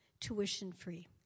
tuition-free